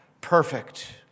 perfect